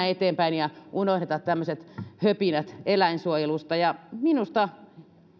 eteenpäin ja unohdeta tämmöiset höpinät eläinsuojelusta minusta